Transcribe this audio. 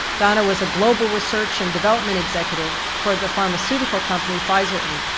donna was a global research and development executive for the pharmaceutical company pfizer, inc.